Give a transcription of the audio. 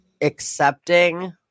accepting